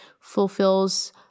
fulfills